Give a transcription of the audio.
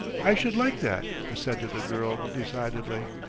i should like that, assented the girl decidedly.